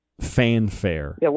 fanfare